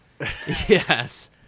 Yes